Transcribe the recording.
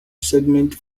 segments